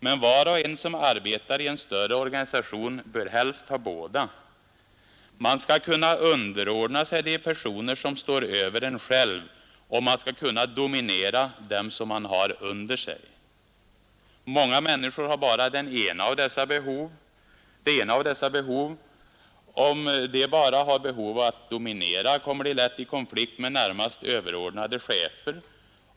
Men var och en som arbetar I en större organisation bör helst ha båda. Man skall kunna underordna sg de personer som står över en själv och man skall kunna dominera dem som man hat under sig. Många människor har bara det ena av dessa behov. Om de bara har behov att dominera, kommer de lätt i konflikt med närmast överordnade chefer.